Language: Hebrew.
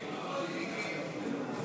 בקואליציה.